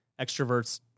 Extroverts